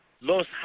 Los